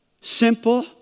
simple